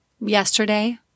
Yesterday